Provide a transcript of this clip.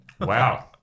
Wow